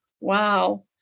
wow